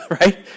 right